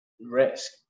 risk